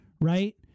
right